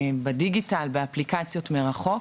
בדיגיטל, באפליקציות מרחוק.